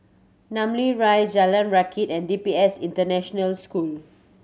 Namly Rise Jalan Rakit and D P S International School